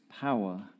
power